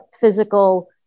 physical